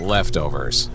leftovers